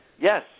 Yes